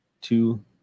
two